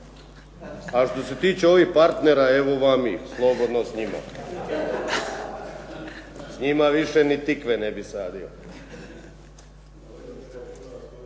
A što se tiče ovih partera, evo vam ih, slobodno s njima. S njima više ni tikve ne bih sadio./